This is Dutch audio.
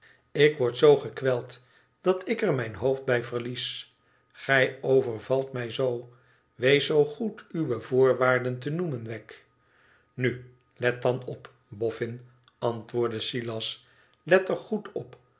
ik word zoo gekweld dat ik er mijn hoofd bij verhea gij overvalt mij zoo wees zoo goed uwe voorwaarden te noemen wegg nu let dan op boffin antwoordde silas let er goed op